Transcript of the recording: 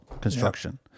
Construction